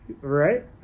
Right